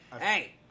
Hey